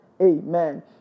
amen